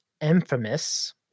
infamous